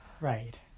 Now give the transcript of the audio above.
Right